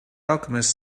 alchemist